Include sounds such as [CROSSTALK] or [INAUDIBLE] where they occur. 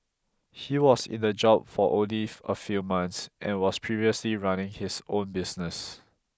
he was in the job for only [HESITATION] a few months and was previously running his own business